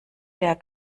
der